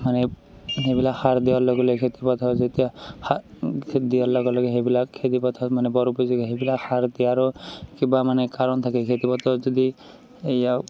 মানে সেইবিলাক সাৰ দিয়াৰ লগে লগে খেতিপথাৰ যেতিয়া সাৰ দিয়াৰ লগে লগে সেইবিলাক খেতিপথাৰ মানে বৰ উপযোগী সেইবিলাক সাৰ দিয়াৰো কিবা মানে কাৰণ থাকে খেতিপথাৰত যদি এইয়া